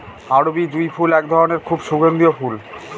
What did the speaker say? আরবি জুঁই ফুল এক ধরনের খুব সুগন্ধিও ফুল